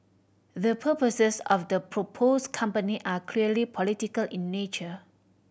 the purposes of the proposed company are clearly political in nature